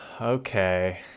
Okay